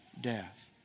death